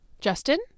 justin